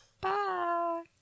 Bye